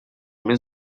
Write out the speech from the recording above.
mes